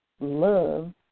love